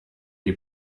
die